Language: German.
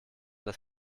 des